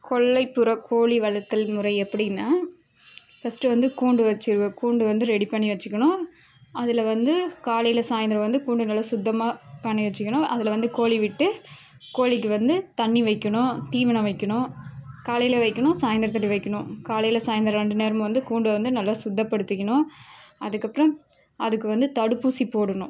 கொல்லைப்புற கோழி வளர்த்தல் முறை எப்படினா ஃபஸ்ட்டு வந்து கூண்டு வச்சிருவன் கூண்டு வந்து ரெடி பண்ணி வெச்சுக்கிணும் அதில் வந்து காலையில் சாய்ந்திரோம் வந்து கூண்டு நல்லா சுத்தமாக பண்ணி வெச்சுக்கணும் அதில் வந்து கோழி விட்டு கோழிக்கு வந்து தண்ணீ வைய்க்கணும் தீவனோம் வைய்க்கணும் காலையில வைய்க்கணும் சாய்ந்திரத்துலியும் வைய்க்கணும் காலையில் சாய்ந்திரோம் ரெண்டு நேரமும் வந்து கூண்டு வந்து நல்லா சுத்தப் படுத்திக்கிணும் அதுக்கப்புறோம் அதுக்கு வந்து தடுப்பூசி போடணும்